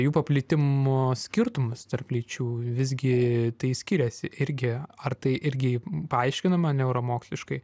jų paplitimo skirtumus tarp lyčių visgi tai skiriasi irgi ar tai irgi paaiškinama neuromoksliškai